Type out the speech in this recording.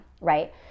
right